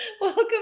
welcome